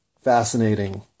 fascinating